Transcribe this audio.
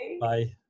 Bye